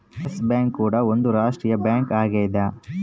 S bank ಕೂಡ ಒಂದ್ ರಾಷ್ಟ್ರೀಯ ಬ್ಯಾಂಕ್ ಆಗ್ಯದ